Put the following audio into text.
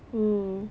mm